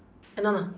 eh no no